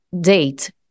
date